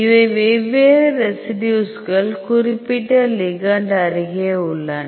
இவை வெவ்வேறு ரெசிடியூஸ்கள் குறிப்பிட்ட லிகெண்ட் அருகே உள்ளன